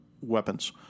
weapons